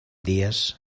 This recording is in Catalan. dies